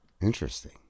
interesting